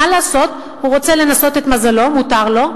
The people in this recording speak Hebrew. מה לעשות, הוא רוצה לנסות את מזלו, מותר לו.